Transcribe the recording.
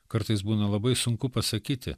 kartais būna labai sunku pasakyti